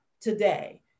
Today